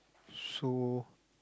so